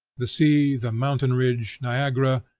the sea, the mountain-ridge, niagara,